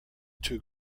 two